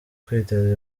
kwiteza